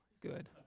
Good